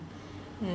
mm